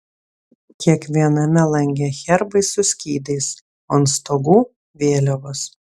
kiekviename lange herbai su skydais o ant stogų vėliavos